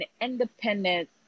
independent